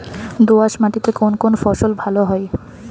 দোঁয়াশ মাটিতে কোন কোন ফসল ভালো হয়?